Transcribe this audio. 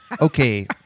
Okay